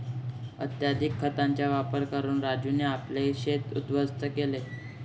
अत्यधिक खतांचा वापर करून राजूने आपले शेत उध्वस्त केले